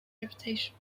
reputation